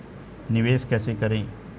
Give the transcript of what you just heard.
निवेश कैसे करें?